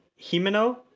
Himeno